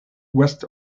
west